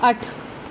अट्ठ